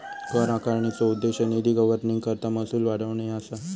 कर आकारणीचो उद्देश निधी गव्हर्निंगकरता महसूल वाढवणे ह्या असा